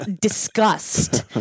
disgust